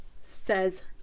says